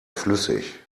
flüssig